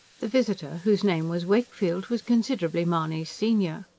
the visitor, whose name was wakefield, was considerably mahony's senior.